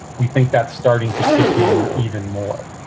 we think that's starting to kick in even more.